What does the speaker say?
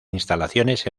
instalaciones